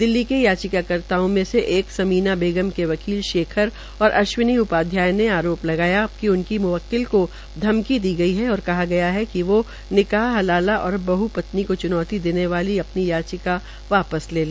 दिल्ली में याचिकाकर्ता में से एक समीना बेगम के वकील शेखर और अशिवनी उपाध्याय ने आरोप लगाया कि उनकी म्वक्लि को धमकी दी गई है और कहा गया है कि वो निकाह हलाला और बहविवाह को च्नौती देने अपनी याचिका वापस ले ले